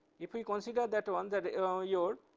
if we consider that one, that ah your,